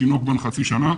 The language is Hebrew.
הוא תינוק בן חצי שנה,